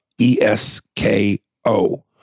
E-S-K-O